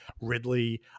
Ridley